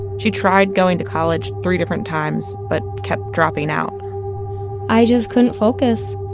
she tried going to college three different times, but kept dropping out i just couldn't focus.